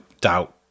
doubt